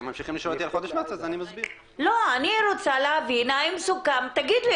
אני רוצה להבין האם סוכם - תגיד לי,